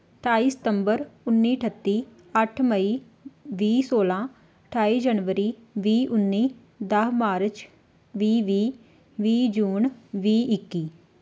ਅਠਾਈ ਸਤੰਬਰ ਉੱਨੀ ਅਠੱਤੀ ਅੱਠ ਮਈ ਵੀਹ ਸੋਲ੍ਹਾਂ ਅਠਾਈ ਜਨਵਰੀ ਵੀਹ ਉੱਨੀ ਦਸ ਮਾਰਚ ਵੀਹ ਵੀਹ ਵੀਹ ਜੂਨ ਵੀਹ ਇੱਕੀ